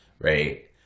right